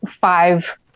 five